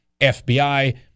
FBI